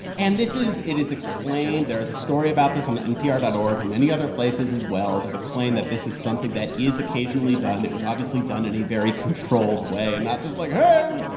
and this is it is explained there is a story about this on npr dot org and many other places as well. it is explained that this is something that is occasionally done. it was obviously done in a very controlled way and not just like, hey,